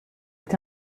est